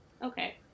Okay